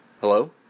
Hello